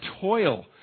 toil